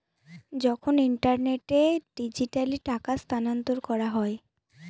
যখন ইন্টারনেটে ডিজিটালি টাকা স্থানান্তর করা হয়